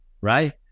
right